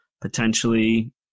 Potentially